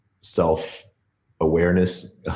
self-awareness